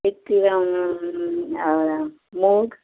एक कील मूग